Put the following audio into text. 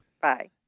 Bye